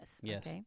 Yes